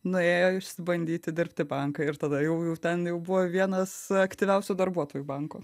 nuėjo išsibandyti dirbt į banką ir tada jau ten jau buvo vienas aktyviausių darbuotojų banko